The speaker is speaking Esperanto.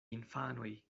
infanoj